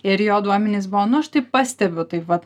ir jo duomenys buvo nu aš taip pastebiu taip vat